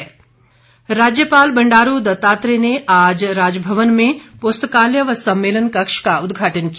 पुस्तकालय राज्यपाल बंडारू दत्तात्रेय ने आज राजभवन में पुस्तकालय व सम्मेलन कक्ष का उदघाटन किया